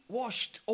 washed